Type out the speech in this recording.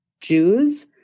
Jews